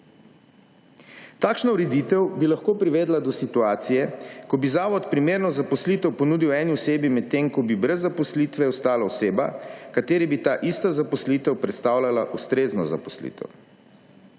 Takšna ureditev bi lahko privedla do situacije, ko bi zavod primerno zaposlitev ponudil eni osebi, medtem ko bi brez zaposlitve ostala oseba, kateri bi ta ista zaposlitev predstavljala ustrezno zaposlitev.